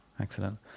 Excellent